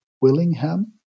Willingham